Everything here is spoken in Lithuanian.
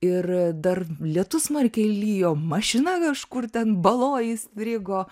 ir dar lietus smarkiai lijo mašina kažkur ten baloj įstrigo